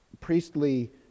priestly